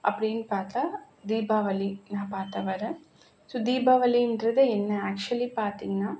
அப்படின்னு பார்த்தா தீபாவளி நான் பார்த்த வரை ஸோ தீபாவளின்றது என்ன ஆக்சுவலி பார்த்தீங்கன்னா